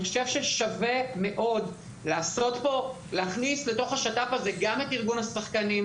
אני חושב ששווה מאוד להכניס לתוך שיתוף הפעולה הזה גם את ארגון השחקנים,